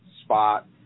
Spot